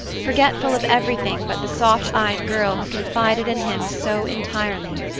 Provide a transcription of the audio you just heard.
forgetful of everything but the soft-eyed girl who confided in him so entirely.